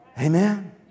Amen